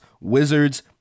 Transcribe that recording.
Wizards